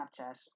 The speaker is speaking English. Snapchat